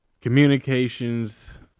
Communications